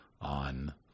on